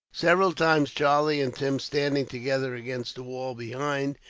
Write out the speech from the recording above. several times charlie and tim, standing together against the wall behind,